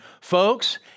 Folks